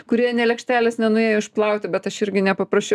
kurie nė lėkštelės nenuėjo išplauti bet aš irgi nepaprašiau